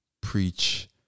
preach